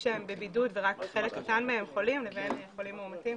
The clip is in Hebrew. שבבידוד ורק חלק קטן מהם חולים לבין חולים מאומתים,